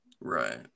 Right